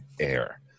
air